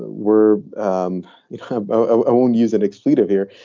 ah were um it own use an expletive here.